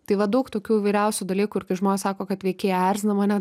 tai va daug tokių įvairiausių dalykų žmonės sako kad veikėja erzina mane